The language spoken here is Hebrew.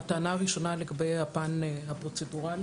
הטענה הראשונה לגבי הפן הפרוצדורלי,